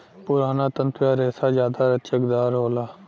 पुराना तंतु या रेसा जादा लचकदार होला